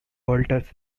walters